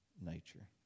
nature